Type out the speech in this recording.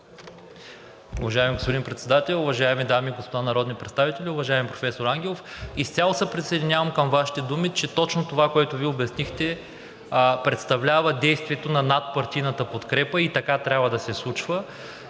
Уважаеми господин Председател, уважаеми дами и господа народни представители! Уважаеми професор Ангелов, изцяло се присъединявам към Вашите думи, че точно това, което Вие обяснихте, представлява действието на надпартийната подкрепа, така трябва да се случва